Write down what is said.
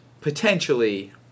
potentially